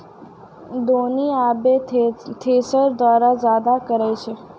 दौनी आबे थ्रेसर द्वारा जादा करै छै